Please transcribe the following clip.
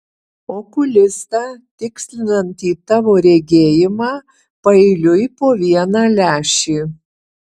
okulistą tikslinantį tavo regėjimą paeiliui po vieną lęšį